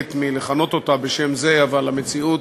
מתחמקת מלכנות אותה בשם זה, אבל המציאות